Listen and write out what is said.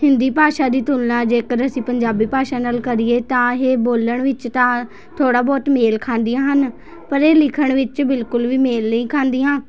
ਹਿੰਦੀ ਭਾਸ਼ਾ ਦੀ ਤੁਲਨਾ ਜੇਕਰ ਅਸੀਂ ਪੰਜਾਬੀ ਭਾਸ਼ਾ ਨਾਲ ਕਰੀਏ ਤਾਂ ਇਹ ਬੋਲਣ ਵਿੱਚ ਤਾਂ ਥੋੜ੍ਹਾ ਬਹੁਤ ਮੇਲ ਖਾਂਦੀਆ ਹਨ ਪਰ ਇਹ ਲਿਖਣ ਵਿੱਚ ਬਿਲਕੁਲ ਵੀ ਮੇਲ ਨਹੀਂ ਖਾਂਦੀਆ